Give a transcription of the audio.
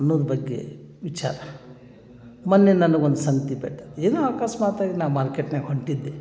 ಅನ್ನೋದು ಬಗ್ಗೆ ವಿಚಾರ ಮೊನ್ನೆ ನನ್ಗೆ ಒಂದು ಸಂಗತಿ ಏನೋ ಅಕಸ್ಮಾತಾಗಿ ನಾ ಮಾರ್ಕೆಟ್ನ್ಯಾಗ ಹೊಂಟಿದ್ದೆ